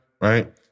right